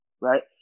right